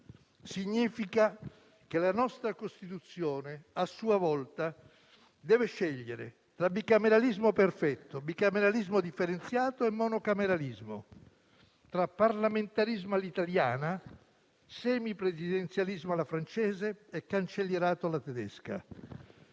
Significa che la nostra Costituzione, a sua volta, deve scegliere tra bicameralismo perfetto, bicameralismo differenziato e monocameralismo; tra parlamentarismo all'italiana, semipresidenzialismo alla francese e cancellierato alla tedesca.